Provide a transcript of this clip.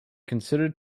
considered